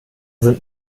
sind